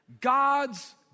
God's